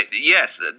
yes